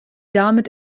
damit